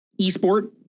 esport